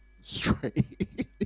Straight